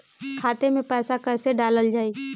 खाते मे पैसा कैसे डालल जाई?